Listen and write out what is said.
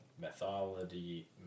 methodology